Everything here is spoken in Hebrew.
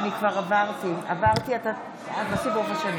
עברו, עברו אותך.